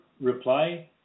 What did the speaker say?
reply